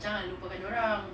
jangan lupakan dorang